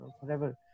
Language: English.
forever